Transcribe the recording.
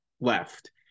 left